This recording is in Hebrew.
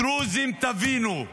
תבינו,